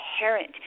inherent